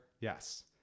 yes